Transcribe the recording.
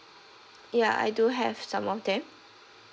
ya I do have some of them